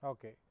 Okay